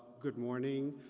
good morning,